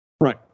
Right